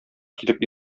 килеп